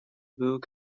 book